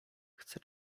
chce